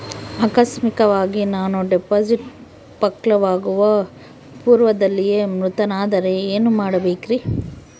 ಆಕಸ್ಮಿಕವಾಗಿ ನಾನು ಡಿಪಾಸಿಟ್ ಪಕ್ವವಾಗುವ ಪೂರ್ವದಲ್ಲಿಯೇ ಮೃತನಾದರೆ ಏನು ಮಾಡಬೇಕ್ರಿ?